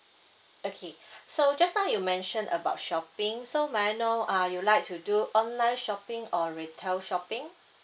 okay so just now you mentioned about shopping so may I know uh you like to do online shopping or retail shopping